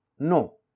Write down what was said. No